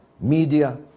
media